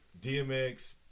DMX